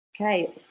okay